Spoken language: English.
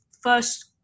first